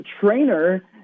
trainer